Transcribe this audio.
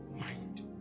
mind